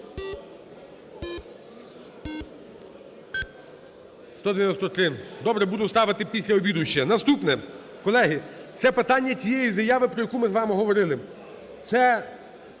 За-193 Добре, буду ставити після обіду ще. Наступне. Колеги, це питання тієї заяви, про яку ми з вами говорили.